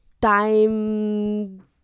time